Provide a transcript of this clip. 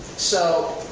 so,